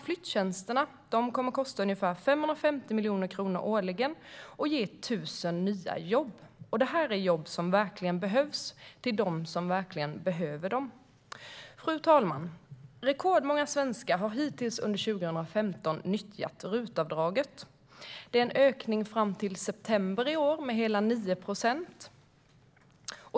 Flyttjänsterna kommer att kosta ungefär 550 miljoner kronor årligen och ge 1 000 nya jobb. Det är jobb som verkligen behövs, och det finns de som verkligen behöver dem. Fru talman! Rekordmånga svenskar har hittills under 2015 nyttjat RUT-avdraget. Fram till september i år är ökningen hela 9 procent.